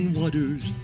waters